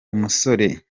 umusore